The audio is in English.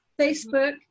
Facebook